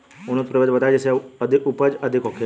उन्नत प्रभेद बताई जेसे उपज अधिक होखे?